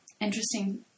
interesting